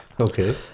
Okay